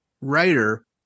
writer